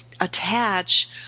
attach